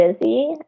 busy